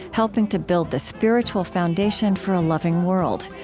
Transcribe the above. helping to build the spiritual foundation for a loving world.